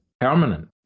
permanent